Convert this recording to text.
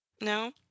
No